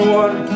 one